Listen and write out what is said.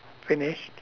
finished